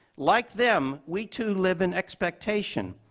like them, we too live in expectation.